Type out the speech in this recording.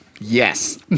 Yes